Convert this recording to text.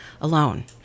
alone